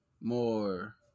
more